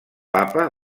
papa